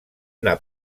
una